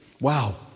Wow